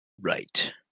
right